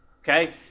Okay